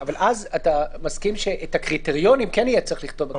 אתה מסכים שאת הקריטריונים כן יהיה צריך לכתוב בתקנות.